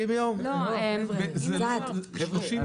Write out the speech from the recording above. אני מציע 30 ימים לפחות.